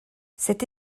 cette